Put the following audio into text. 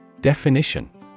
Definition